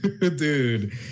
dude